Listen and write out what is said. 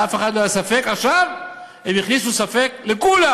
לאף אחד לא היה ספק, עכשיו הם הכניסו ספק לכולם,